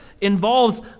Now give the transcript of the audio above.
involves